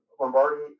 Lombardi